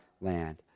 land